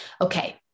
Okay